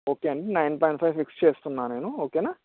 okay అండి nine point five fix చేస్తున్నాను నేను ఓకేనా